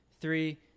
Three